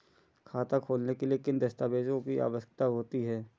खाता खोलने के लिए किन दस्तावेजों की आवश्यकता होती है?